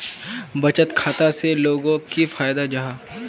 बचत खाता से लोगोक की फायदा जाहा?